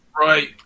Right